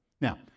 Now